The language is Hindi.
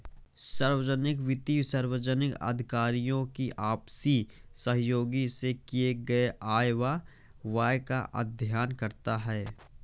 सार्वजनिक वित्त सार्वजनिक अधिकारियों की आपसी सहयोग से किए गये आय व व्यय का अध्ययन करता है